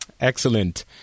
Excellent